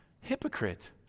hypocrite